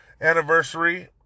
anniversary